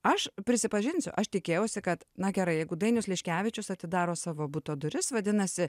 aš prisipažinsiu aš tikėjausi kad na gerai jeigu dainius liškevičius atidaro savo buto duris vadinasi